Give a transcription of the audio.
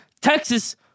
Texas